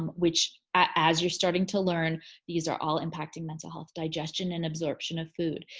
um which as you're starting to learn these are all impacting mental health digestion and absorption of food.